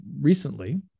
recently